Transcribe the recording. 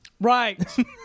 Right